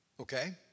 Okay